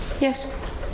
Yes